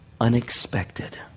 unexpected